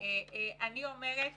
אני אומרת